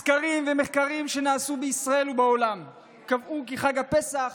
סקרים ומחקרים שנעשו בישראל ובעולם קבעו כי חג הפסח